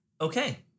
okay